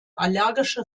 allergische